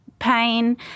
Pain